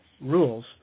rules